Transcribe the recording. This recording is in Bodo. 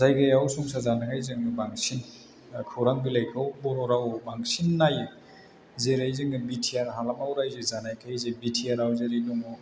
जायगायाव संसार जानाय जों बांसिन खौरां बिलाइखौ बर' रावआव बांसिन नायो जेरै जोङो बिटिआर हालामाव रायजो जानायखाय जे बिटिआरआव जेरै दङ